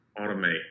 automate